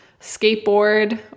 skateboard